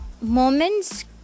Moments